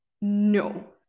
no